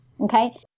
Okay